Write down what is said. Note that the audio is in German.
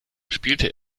spielte